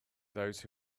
those